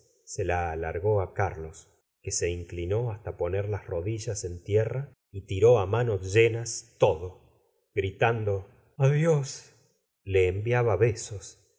se la alargó á carlos que se inclinó hasta poner las rodillas en tierra y tiró á manos llenas todo gritando c adios le enviaba besos